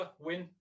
win